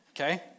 okay